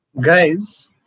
guys